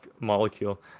molecule